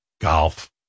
Golf